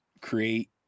create